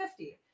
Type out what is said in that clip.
50